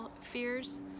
fears